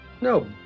No